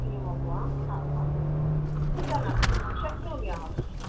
एवं वा हा हा चिन्तानास्ति महो शक्नोमि अहम्